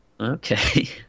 Okay